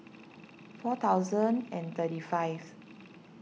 four thousand and thirty fifth